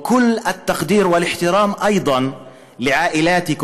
כל הכבוד וההערכה גם למשפחותיכם,